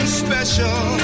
special